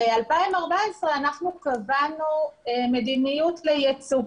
בשנת 2014 קבענו מדיניות לייצוא.